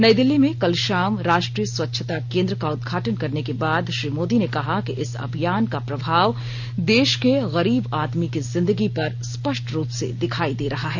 नई दिल्ली में कल शाम राष्ट्रीय स्वच्छता केंद्र का उद्घाटन करने के बाद श्री मोदी ने कहा कि इस अभियान का प्रभाव देश के गरीब आदमी की जिंदगी पर स्पष्ट रूप से दिखाई दे रहा है